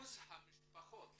שיעור המשפחות